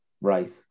Right